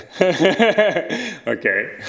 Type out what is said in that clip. Okay